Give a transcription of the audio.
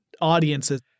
audiences